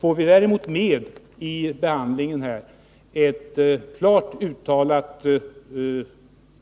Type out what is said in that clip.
Får vi däremot vid behandlingen här med ett klart uttalat